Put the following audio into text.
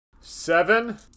seven